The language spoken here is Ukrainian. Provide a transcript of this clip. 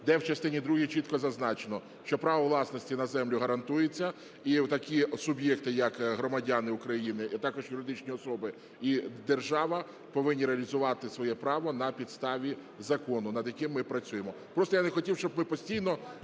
де в частині другій чітко зазначено, що: "Право власності на землю гарантується". І такі суб'єкти як громадяни України і також юридичні особи, і держава повинні реалізувати своє право на підставі закону, над яким ми працюємо. Просто я не хотів, щоб ми постійно